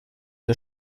der